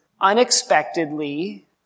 unexpectedly